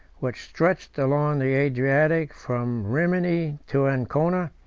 which stretched along the adriatic from rimini to ancona,